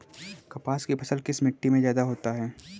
कपास की फसल किस मिट्टी में ज्यादा होता है?